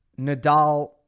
Nadal